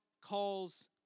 calls